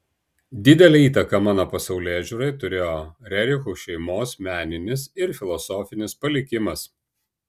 didelę įtaką mano pasaulėžiūrai turėjo rerichų šeimos meninis ir filosofinis palikimas